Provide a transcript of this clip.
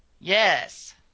Yes